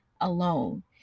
alone